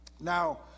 Now